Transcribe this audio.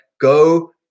go